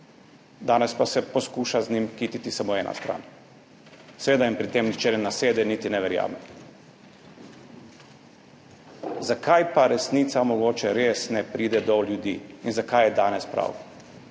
Danes pa se poskuša z njim kititi samo ena stran. Seveda jim pri tem nihče ne nasede niti ne verjame. Zakaj pa resnica mogoče res ne pride do ljudi in zakaj je danes prav?